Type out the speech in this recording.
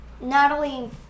Natalie